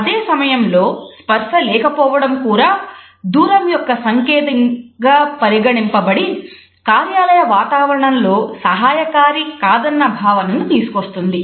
అదే సమయంలో స్పర్శ లేకపోవడం కూడా దూరం యొక్క సంకేతంగా పరిగణింపబడి కార్యాలయ వాతావరణంలో సహాయకారి కాదన్న భావనను తీసుకువస్తుంది